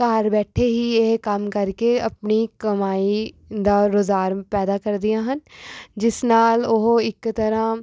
ਘਰ ਬੈਠੇ ਹੀ ਇਹ ਕੰਮ ਕਰਕੇ ਆਪਣੀ ਕਮਾਈ ਦਾ ਰੁਜ਼ਗਾਰ ਪੈਦਾ ਕਰਦੀਆਂ ਹਨ ਜਿਸ ਨਾਲ ਉਹ ਇੱਕ ਤਰ੍ਹਾਂ